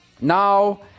now